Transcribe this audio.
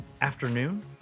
afternoon